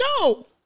No